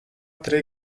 tre